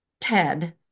TED